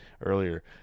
earlier